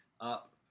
up